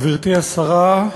גברתי השרה,